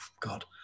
God